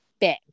Big